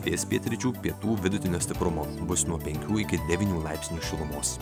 vėjas pietryčių pietų vidutinio stiprumo bus nuo penkių iki devynių laipsnių šilumos